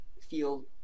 feel